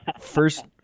First